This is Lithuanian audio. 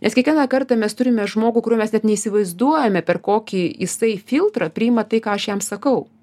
nes kiekvieną kartą mes turime žmogų kurio mes net neįsivaizduojame per kokį jisai filtrą priima tai ką aš jam sakau